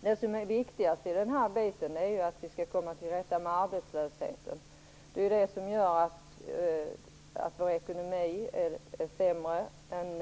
Det viktigaste i detta är ju att komma till rätta med arbetslösheten. Det är ju den som gör att vår ekonomi är sämre än